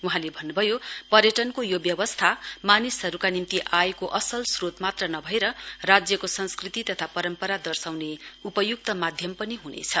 वहाँले भन्नुभयो पर्यटनको यो व्यवस्था मानिसहरुका निम्ति आयको असल श्रोत मात्र नभएर राज्यको संस्कृति तथा परम्परा दर्शाउने उपयुक्त माध्यम पनि हुनेछ